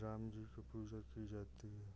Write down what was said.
राम जी की पूजा की जाती है